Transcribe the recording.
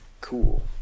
cool